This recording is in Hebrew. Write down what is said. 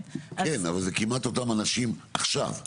כן, אבל זה כמעט אותם אנשים עכשיו.